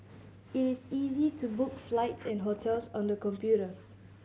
it is easy to book flights and hotels on the computer